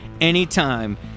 anytime